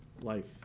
life